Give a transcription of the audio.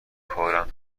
کارم